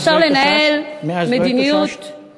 כי אפשר לנהל מדיניות, מאז לא התאוששת?